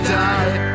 die